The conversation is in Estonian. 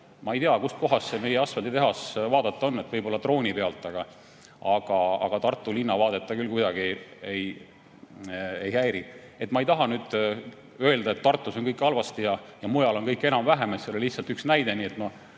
Ma ei tea, kust kohast see meie asfalditehas vaadata on, võib-olla drooni pealt, aga Tartu linna vaadet see küll kuidagi ei häiri. Ma ei taha nüüd öelda, et Tartus on kõik halvasti ja mujal on kõik enam-vähem. See oli lihtsalt üks näide.